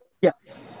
Yes